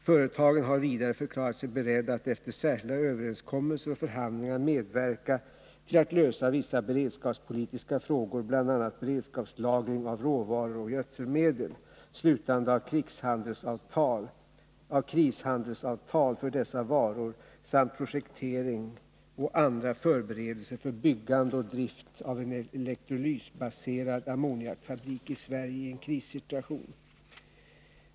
Företagen har vidare förklarat sig beredda att efter särskilda överenskommelser och förhandlingar medverka till att lösa vissa beredskapspolitiska frågor, bl.a. beredskapslagring av råvaror och gödselmedel, slutande av krishandelsavtal för dessa varor samt projektering och andra förberedelser för byggande och drift av en |; sysselsättningssynelektrolysbaserad ammoniakfabrik i Sverige i en krissituation.